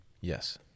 Yes